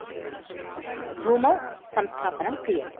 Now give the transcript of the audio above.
भूमौ संस्थापनं क्रियते